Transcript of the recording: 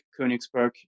Königsberg